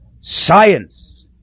Science